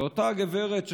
שאותה גברת,